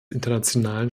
internationalen